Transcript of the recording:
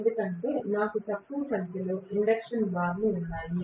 ఎందుకంటే నాకు తక్కువ సంఖ్యలో ఇండక్షన్ బార్లు ఉన్నాయి